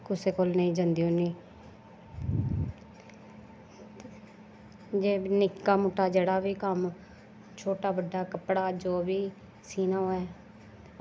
कुसै कोल नेईंं जंदी होन्नी जे निक्का मुट्टा जो बी कम्म छोटा बड्डा कपड़ा जो बी सीना होऐ